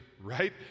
right